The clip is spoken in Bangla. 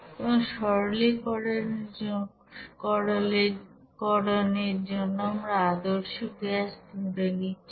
এবং সরলিকরনের জন্য আমরা আদর্শ গ্যাস ধরে নিচ্ছি